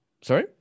Sorry